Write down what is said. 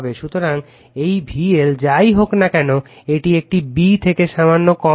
সুতরাং এই VL যাই হোক না কেন এটি একটি b থেকে সামান্য কম হবে